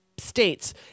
States